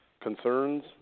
concerns